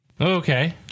Okay